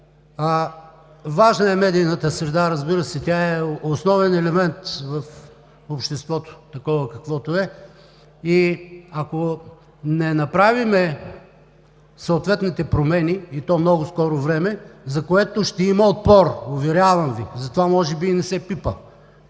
Важна е медийната среда, разбира се – тя е основен елемент в обществото такова, каквото е. И да направим съответните промени в много скоро време, за което ще има отпор, уверявам Ви – затова може би и не се пипа